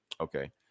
Okay